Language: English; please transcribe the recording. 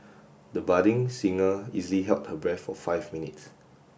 the budding singer easily held her breath for five minutes